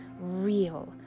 real